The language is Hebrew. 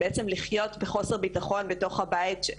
זה בעצם לחיות בחוסר ביטחון בתוך הבית.